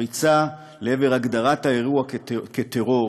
הריצה לעבר הגדרת האירוע כטרור